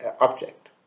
object